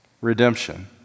redemption